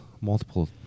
multiple